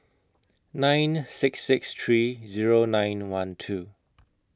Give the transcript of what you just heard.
nine six six three Zero nine one two